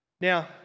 Now